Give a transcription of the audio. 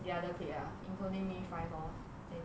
the other player including me five lor same